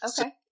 Okay